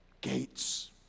Gates